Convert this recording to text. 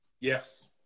Yes